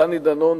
דני דנון,